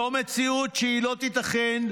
זו מציאות שהיא לא תיתכן,